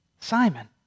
Simon